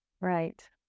Right